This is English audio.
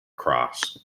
cross